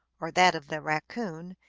or that of the raccoon,